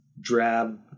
drab